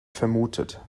vermutet